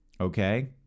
okay